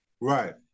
Right